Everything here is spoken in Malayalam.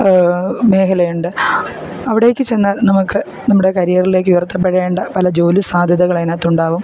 മേഖലയുണ്ട് അവിടേക്ക് ചെന്നാൽ നമുക്ക് നമ്മുടെ കരിയറിലേക്ക് ഉയർത്തപ്പെടേണ്ട പല ജോലി സാധ്യതകൾ അതിനകത്തുണ്ടാകും